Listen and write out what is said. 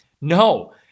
No